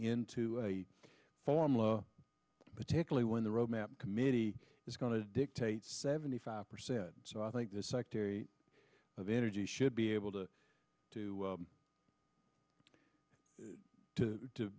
into a formula particularly when the road map committee is going to dictate seventy five percent so i think the secretary of energy should be able to do